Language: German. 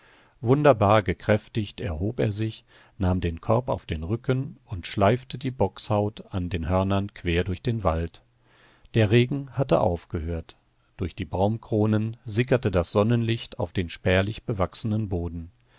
wunderbar gekräftigt erhob er sich nahm den korb auf den rücken und schleifte die bockshaut an den hörnern quer durch den wald der regen hatte aufgehört durch die baumkronen sickerte das sonnenlicht auf den spärlich bewachsenen boden